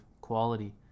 quality